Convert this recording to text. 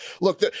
Look